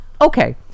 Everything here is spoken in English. Okay